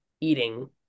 eating